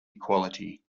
equality